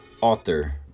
author